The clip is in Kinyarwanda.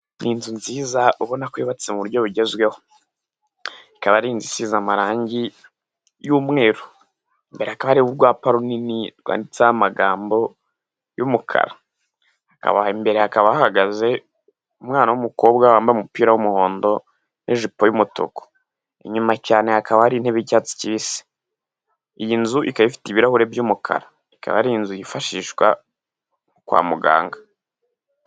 Ni inzu nziza, ubona ko yubatse mu buryo bugezweho. Ikaba ari inzu isize amarangi y'umweru, imbere hakaba hariho urwapa runini rwanditseho amagambo y'umukara. Imbere hakaba hahagaze umwana w'umukobwa wambaye umupira w'umuhondo n'ijipo y'umutuku. inyuma cyane hakaba hari intebe y'icyatsi kibisi. Iyi nzu ikaba ifite ibirahuri by'umukara, ikaba ari inzu yifashishwa kwa muganga.